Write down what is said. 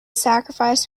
sacrifice